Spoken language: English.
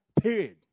period